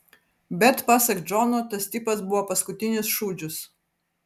bet pasak džono tas tipas buvo paskutinis šūdžius